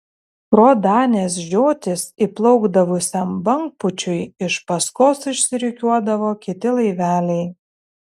pro danės žiotis įplaukdavusiam bangpūčiui iš paskos išsirikiuodavo kiti laiveliai